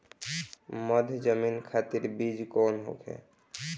मध्य जमीन खातिर बीज कौन होखे?